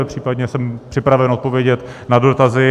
Případně jsem připraven odpovědět na dotazy.